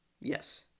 yes